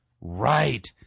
Right